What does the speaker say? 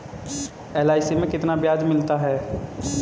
LIC में कितना ब्याज मिलता है?